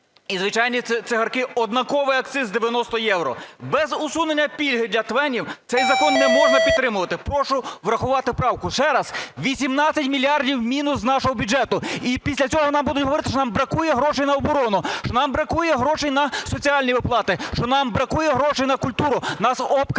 і звичайні цигарки однаковий акциз – 90 євро. Без усунення пільги для ТВЕНів цей закон не можна підтримувати. Прошу врахувати правку. Ще раз: 18 мільярдів мінус з нашого бюджету. І після цього нам будуть говорити, що нам бракує грошей на оборону, що нам бракує грошей на соціальні виплати, що нам бракує грошей на культуру.